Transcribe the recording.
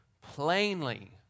Plainly